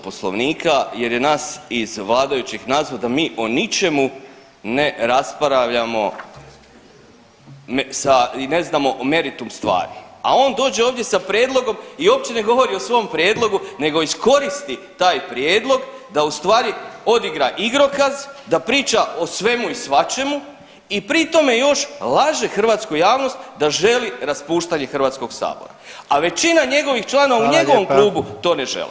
Poslovnika jer je nas iz vladajućih nazvao da mi o ničemu ne raspravljamo sa i ne znamo meritum stvari, a on dođe ovdje sa prijedlogom i uopće ne govori o svom prijedlogu nego iskoristi taj prijedlog da u stvari odigra igrokaz, da priča o svemu i svačemu i pri tome još laže hrvatsku javnost da želi raspuštanje HS, a većina njegovih članova u njegovom klubu to ne žele.